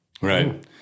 Right